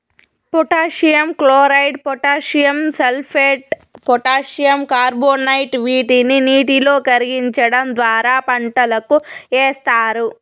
potassium chloride, potassium sulphate, potassium carbonate వీటిని నీటిలో కరిగించడం ద్వారా పంటలకు ఏస్తారు